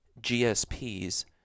GSPs